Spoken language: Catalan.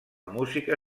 música